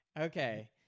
Okay